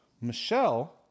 Michelle